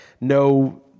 no